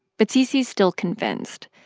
but cc's still convinced,